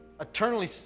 eternally